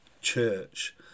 church